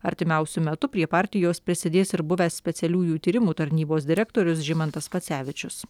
artimiausiu metu prie partijos prisidės ir buvęs specialiųjų tyrimų tarnybos direktorius žimantas pacevičius